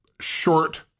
short